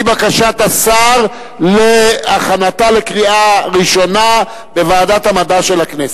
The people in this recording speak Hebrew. בקשת השר להכנתה לקריאה ראשונה בוועדת המדע של הכנסת.